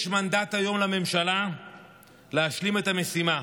יש מנדט היום לממשלה להשלים את המשימה.